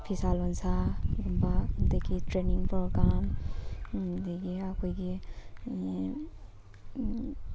ꯐꯤꯁꯥ ꯂꯣꯟꯁꯥꯒꯨꯝꯕ ꯑꯗꯒꯤ ꯇ꯭ꯔꯦꯅꯤꯡ ꯄ꯭ꯔꯣꯒ꯭ꯔꯥꯝ ꯑꯗꯒꯤ ꯑꯩꯈꯣꯏꯒꯤ